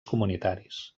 comunitaris